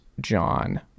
John